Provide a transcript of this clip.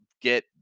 get